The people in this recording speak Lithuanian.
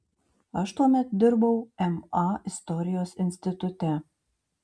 aš tuomet dirbau ma istorijos institute